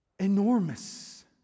Enormous